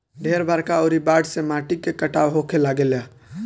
ढेर बरखा अउरी बाढ़ से माटी के कटाव होखे लागेला